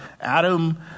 Adam